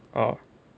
oh